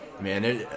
man